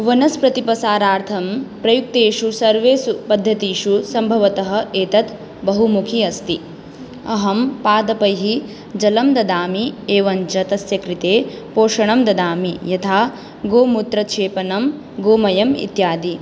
वनस्पतिप्रसारार्थं प्रयुक्तेषु सर्वेषु पद्धतीषु सम्भवतः एतत् बहुमुखी अस्ति अहं पादपैः जलं ददामि एवं च तस्य कृते पोषणं ददामि यथा गोमूत्रक्षेपणं गोमयम् इत्यादि